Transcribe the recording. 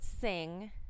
sing